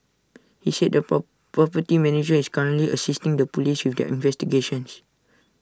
he said the property manager is currently assisting the Police with their investigations